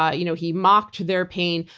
ah you know he mocked their pain,